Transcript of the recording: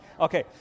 Okay